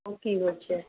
ओ की होइत छै